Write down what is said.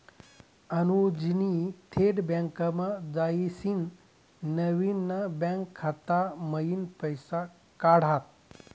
अनुजनी थेट बँकमा जायसीन नवीन ना बँक खाता मयीन पैसा काढात